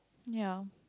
ya